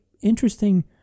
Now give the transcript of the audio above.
interesting